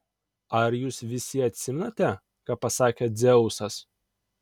ar jūs visi atsimenate ką pasakė dzeusas